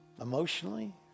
Emotionally